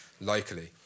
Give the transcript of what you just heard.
locally